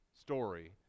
story